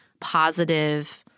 positive